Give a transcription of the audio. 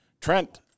Trent